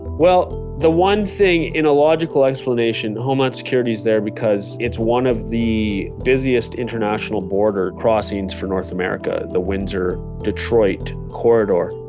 well, the one thing in a logical explanation, homeland security's there because it's one of the busiest international border crossings for north america, the windsor detroit corridor,